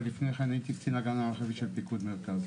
ולפני כן הייתי קצין האג"מ המרחבי של פיקוד מרכז.